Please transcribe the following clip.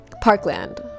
Parkland